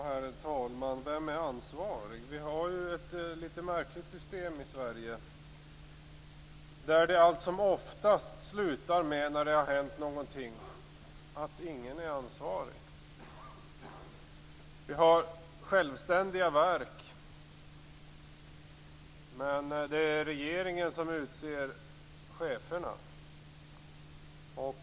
Herr talman! Vem är ansvarig? Vi har ett litet märkligt system i Sverige där det allt som oftast när det har hänt någonting slutar med att ingen är ansvarig. Vi har självständiga verk, men det är regeringen som utser cheferna.